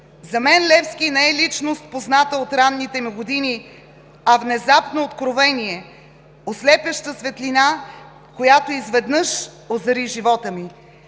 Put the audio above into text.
„За мен Левски не е личност, позната от ранните ми години, а внезапно откровение, ослепяваща светлина, която изведнъж озари живота ми.